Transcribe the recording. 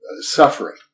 suffering